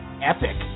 epic